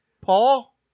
Paul